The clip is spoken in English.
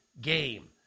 game